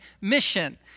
mission